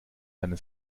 seine